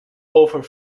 over